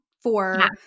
for-